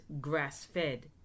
grass-fed